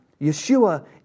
Yeshua